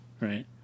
right